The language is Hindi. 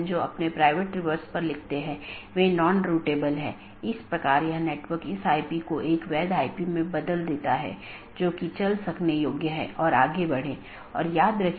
इसलिए एक पाथ वेक्टर में मार्ग को स्थानांतरित किए गए डोमेन या कॉन्फ़िगरेशन के संदर्भ में व्यक्त किया जाता है